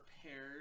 prepared